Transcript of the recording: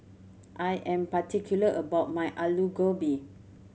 I am particular about my Alu Gobi